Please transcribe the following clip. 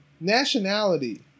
Nationality